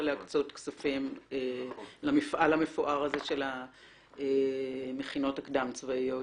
להקצות כספים למפעל המפואר הזה של המכינות הקדם צבאיות,